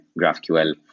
GraphQL